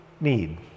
need